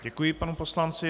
Děkuji panu poslanci.